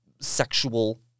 sexual